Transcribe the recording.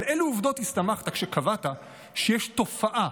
על אילו עובדות הסתמכת כשקבעת שיש תופעה